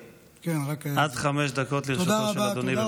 עד חמש דקות לרשותו של אדוני.